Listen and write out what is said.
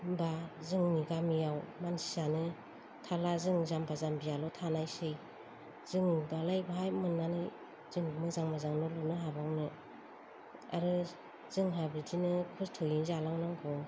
होनबा जोंनि गामियाव मानसियानो थाला जों जामबा जामबिआल' थानायसै जों दालाय बहा मोननानै जों मोजां मोजां न' लुनो हाबावनो आरो जोंहा बिदिनो खस्थ'यैनो जालांनांगौ